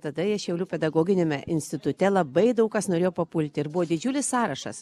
tada jie šaulių pedagoginiame institute labai daug kas norėjo papulti ir buvo didžiulis sąrašas